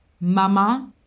mama